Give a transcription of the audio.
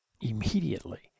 immediately